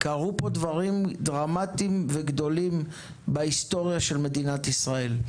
קרו פה דברים דרמטיים וגדולים בהיסטוריה של מדינת ישראל.